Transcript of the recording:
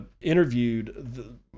interviewed